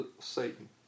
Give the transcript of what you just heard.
Satan